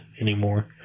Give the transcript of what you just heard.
anymore